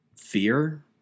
fear